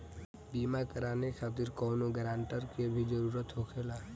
बीमा कराने खातिर कौनो ग्रानटर के भी जरूरत होखे ला?